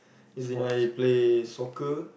as in I play soccer